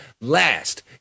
last